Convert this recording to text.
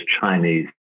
Chinese